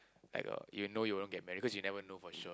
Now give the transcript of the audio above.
like um you know you won't get married because you'll never know for sure